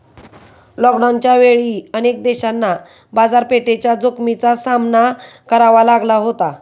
लॉकडाऊनच्या वेळी अनेक देशांना बाजारपेठेच्या जोखमीचा सामना करावा लागला होता